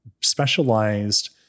specialized